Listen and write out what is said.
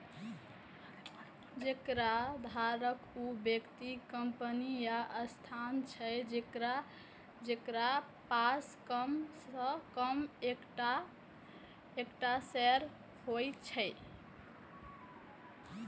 शेयरधारक ऊ व्यक्ति, कंपनी या संस्थान छियै, जेकरा पास कम सं कम एकटा शेयर होइ छै